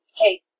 okay